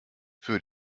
für